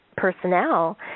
personnel